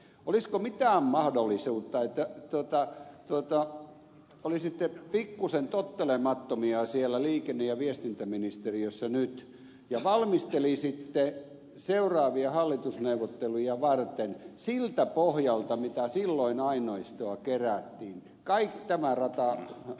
olisiko mitään mahdollisuutta että olisitte pikkuisen tottelemattomia siellä liikenne ja viestintäministeriössä nyt ja valmistelisitte asiaa seuraavia hallitusneuvotteluja varten siltä pohjalta mitä silloin aineistoa kerättiin tämä rata on